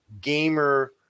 gamer